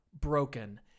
broken